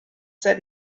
said